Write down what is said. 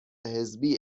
حزبی